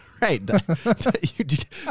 Right